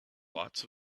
lots